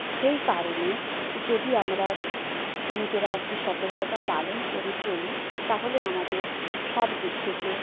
সেই কারণে যদি আমরা নিজেরা একটু সতর্কতা পালন করে চলি তাহলে আমাদের সব দিক থেকে